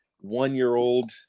one-year-old